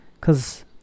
cause